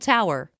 Tower